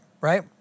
right